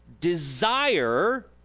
desire